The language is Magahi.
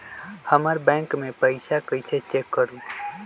हमर बैंक में पईसा कईसे चेक करु?